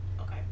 okay